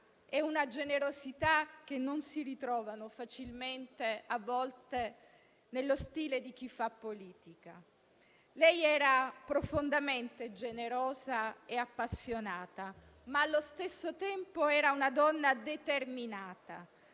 e una generosità che non si trovano facilmente nello stile di chi fa politica. Ella era profondamente generosa e appassionata, ma allo stesso tempo era una donna determinata